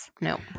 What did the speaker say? No